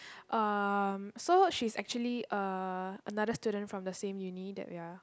um so she's actually uh another student from the same uni that we are